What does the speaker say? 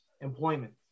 employment